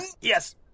Yes